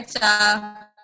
right